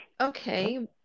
Okay